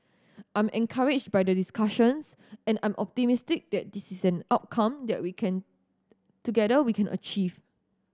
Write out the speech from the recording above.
I'm encouraged by the discussions and I'm optimistic that is an outcome that we can together we can achieve